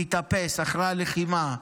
להתאפס אחרי הלחימה,